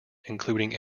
including